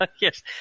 yes